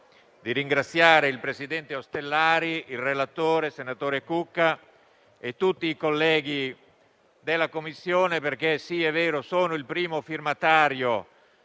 di ringraziare il presidente Ostellari, il relatore, senatore Cucca e tutti i colleghi della Commissione, perché è vero che sono il primo firmatario